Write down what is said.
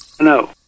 No